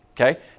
Okay